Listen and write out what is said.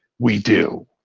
we do.